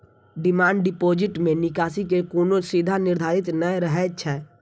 demand deposit मे निकासी के कोनो सीमा निर्धारित नै रहै छै